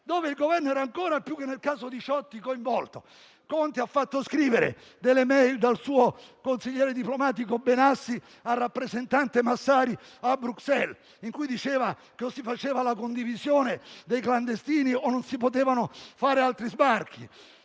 dove il Governo era ancora più coinvolto che nel caso Diciotti, Conte ha fatto scrivere delle *mail* dal suo consigliere diplomatico Benassi al rappresentante Massari a Bruxelles, in cui diceva che o si faceva la condivisione dei clandestini o non si potevano fare altri sbarchi.